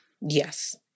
Yes